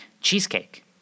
Cheesecake